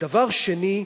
דבר שני,